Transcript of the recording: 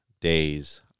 days